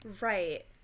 right